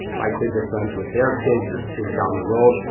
my kids are friends with their kids, there's kids down the road,